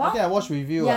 I think I watch review ah